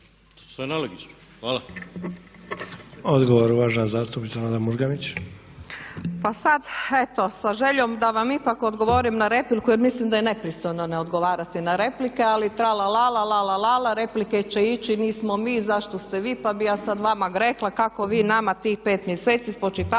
uvažena zastupnica Nada Murganić. **Murganić, Nada (HDZ)** Pa sad eto sa željom da vam ipak odgovorim na repliku, jer mislim da je nepristojno ne odgovarati na replike. Ali trala la la, lala lala, replike će ići, nismo mi, zašto ste vi, pa bih ja vama sad rekla kako vi nama tih 5 mjeseci spočitavate,